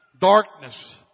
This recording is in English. darkness